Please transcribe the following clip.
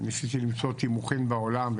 ניסיתי למצוא תימוכין בעולם.